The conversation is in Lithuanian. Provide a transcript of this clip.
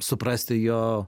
suprasti jo